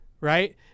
Right